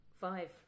Five